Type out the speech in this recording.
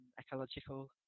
ecological